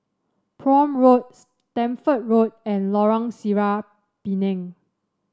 Prome Road Stamford Road and Lorong Sireh Pinang